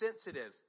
sensitive